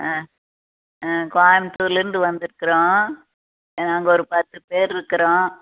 ஆ ஆ கோயம்த்தூர்லேருந்து வந்திருக்கறோம் எ நாங்கள் ஒரு பத்து பேர் இருக்கிறோம்